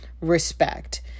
respect